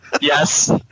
Yes